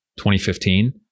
2015